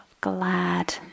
glad